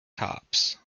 cops